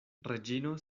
reĝino